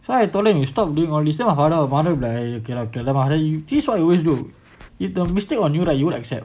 so I told him you stop doing all this then my father be like okay lah okay lah you teach what you always do it the mistake on you right you wouldn't accept